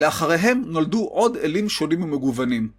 לאחריהם נולדו עוד אלים שונים ומגוונים.